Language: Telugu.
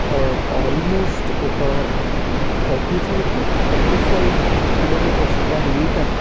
ఆల్మోస్ట్ ఒక thirty five to forty five kilometres per litre